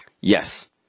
Yes